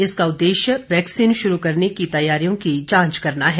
इसका उद्देश्य वैक्सीन शुरू करने की तैयारियों की जांच करना है